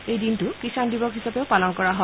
এই দিনটো কিষাণ দিৱস হিচাপেও পালন কৰা হয়